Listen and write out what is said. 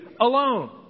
alone